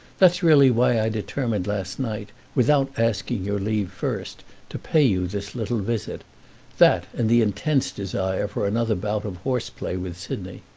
that's really why i determined last night, without asking your leave first to pay you this little visit that and the intense desire for another bout of horse-play with sidney.